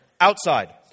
outside